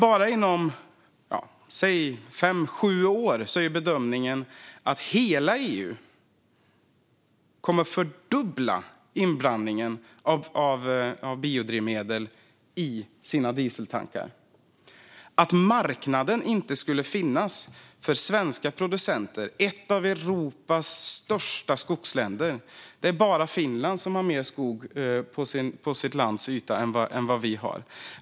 Bara inom, säg, fem eller sju år är dock bedömningen att hela EU kommer att fördubbla inblandningen av biodrivmedel i sina dieseltankar. Hur kan man tro att det då inte skulle finnas en marknad för svenska producenter? Vi är ett av Europas största skogsländer. Det är bara Finland som har mer skog på sitt lands yta än vad vi har.